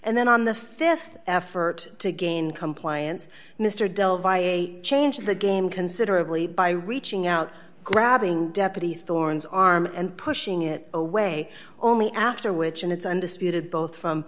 and then on the th effort to gain compliance mr delve a change the game considerably by reaching out grabbing deputy thorne's arm and pushing it away only after which and it's undisputed both from